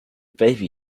baby